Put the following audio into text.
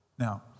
Now